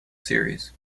series